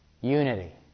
Unity